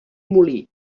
molí